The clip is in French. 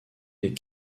les